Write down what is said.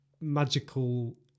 magical